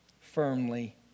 firmly